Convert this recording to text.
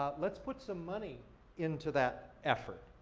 ah let's put some money into that effort.